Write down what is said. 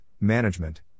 Management